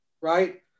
right